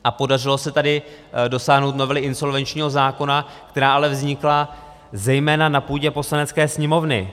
A podařilo se tady dosáhnout novely insolvenčního zákona, která ale vznikla zejména na půdě Poslanecké sněmovny.